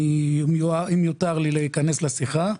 אם יותר לי להיכנס לשיחה.